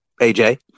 AJ